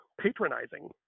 patronizing